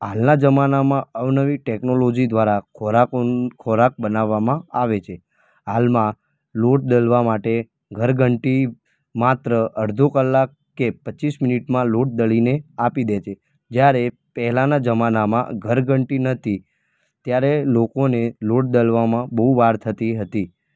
હાલના જમાનામાં અવનવી ટૅકનોલોજી દ્વારા ખોરાકોન ખોરાક બનાવાવમાં આવે છે હાલમાં લોટ દળવા માટે ઘરઘંટી માત્ર અડધો કલાક કે પચીસ મિનીટમાં લોટ દળીને આપી દે છે જયારે પહેલાંના જમાનામાં ઘરઘંટી નહોતી ત્યારે લોકોને લોટ દળવામાં બહુ વાર થતી હતી